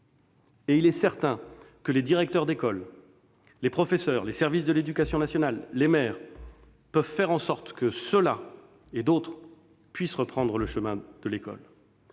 Il est certain que les directeurs d'école, les professeurs, les services de l'éducation nationale, les maires peuvent faire en sorte que ceux-ci, et d'autres, puissent reprendre le chemin de l'école.